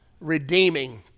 Redeeming